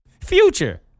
future